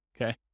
okay